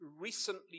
recently